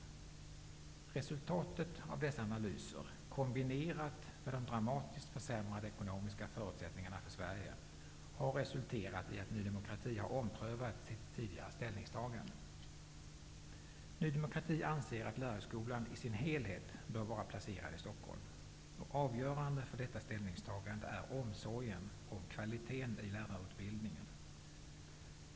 Resultatet av dessa analyser kombinerat med de dramatiskt försämrade ekonomiska förutsättningarna för Sverige har resulterat i att Ny demokrati har omprövat sitt tidigare ställningstagande. Ny demokrati anser att lärarhögskolan i sin helhet bör vara placerad i Stockholm. Avgörande för detta ställningstagande är omsorgen om kvaliteten i lärarutbildningen.